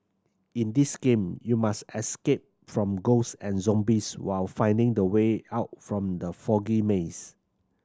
in this game you must escape from ghost and zombies while finding the way out from the foggy maze